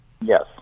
Yes